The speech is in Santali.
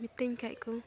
ᱢᱤᱛᱟᱹᱧ ᱠᱷᱟᱡ ᱠᱚ